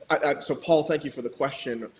um so, paul, thank you for the question,